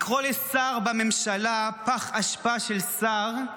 לקרוא לשר בממשלה "פח אשפה של שר",